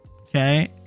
Okay